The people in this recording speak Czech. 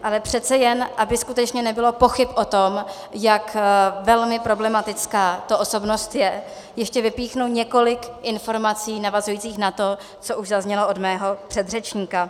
Ale přece jen, aby skutečně nebylo pochyb o tom, jak velmi problematická osobnost to je, ještě vypíchnu několik informací navazujících na to, co už zaznělo od mého předřečníka.